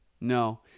No